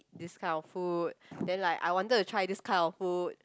this kind of food then like I wanted to try this kind of food